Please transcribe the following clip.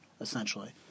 essentially